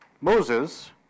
Moses